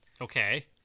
Okay